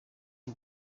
b’u